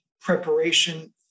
preparation